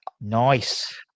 Nice